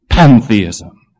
pantheism